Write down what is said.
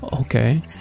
Okay